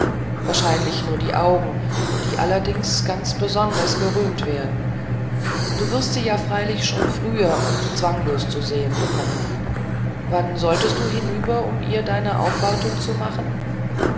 wahrscheinlich nur die augen die allerdings ganz besonders gerühmt werden du wirst sie ja freilich schon früher und zwanglos zu sehen bekommen wann solltest du hinüber um ihr deine aufwartung zu machen